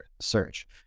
search